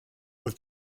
was